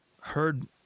heard